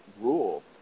rule